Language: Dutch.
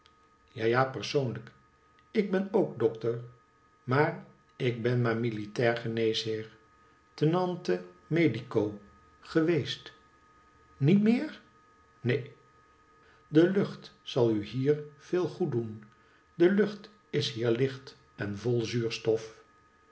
ja ja persoonlijk ik ben ook dokter maar ik ben maar militair geneesheer tenente medico geweest niet meer neen de lucht zal u hier veel goed doen de lucht is hier licht en vol zuurstof